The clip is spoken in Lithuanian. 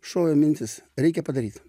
šovė mintis reikia padaryt